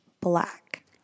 black